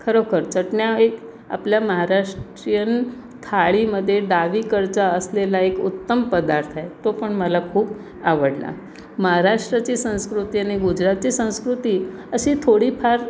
खरोखर चटण्या एक आपल्या महाराष्ट्रीयन थाळीमध्ये डावीकडचा असलेला एक उत्तम पदार्थ आहे तो पण मला खूप आवडला महाराष्ट्राची संस्कृती आणि गुजरातची संस्कृती अशी थोडीफार